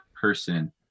person